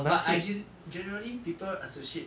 but ideal generally people associate